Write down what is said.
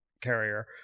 carrier